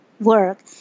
work